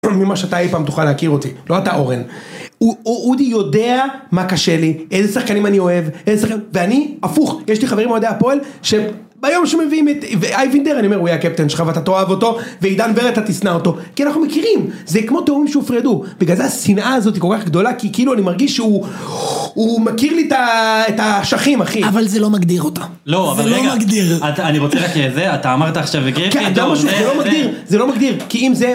ממה שאתה אי פעם תוכל להכיר אותי, לא אתה אורן. הוא, הוא, אודי יודע מה קשה לי, איזה שחקנים אני אוהב, איזה שחקנים, ואני, הפוך, יש לי חברים מאוהדי הפועל, שביום שהם מביאים את, ואייבנדר אני אומר, הוא יהיה הקפטן שלך, ואתה תאהב אותו, ואידן ורד תשנא אותו. כי אנחנו מכירים, זה כמו תיאומים שהופרדו, בגלל זה השנאה הזאת היא כל כך גדולה, כי כאילו אני מרגיש שהוא, הוא מכיר לי את האשכים, אחי. אבל זה לא מגדיר אותה. לא, אבל רגע, אני רוצה להכיר את זה, אתה אמרת עכשיו, זה גדול, זה, זה, זה, זה לא מגדיר, זה לא מגדיר, כי אם זה...